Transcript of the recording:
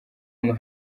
numa